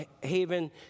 Haven